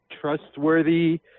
trustworthy